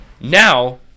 now